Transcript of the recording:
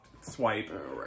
swipe